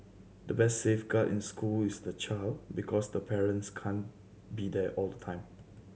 the best safeguard in school is the child because the parents can't be there all the time